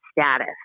status